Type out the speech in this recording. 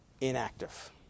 inactive